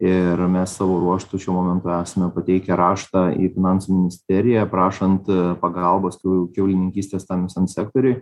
ir mes savo ruožtu šiuo momentu esame pateikę raštą į finansų ministeriją prašant pagalbos tų kiaulininkystės tam visam sektoriui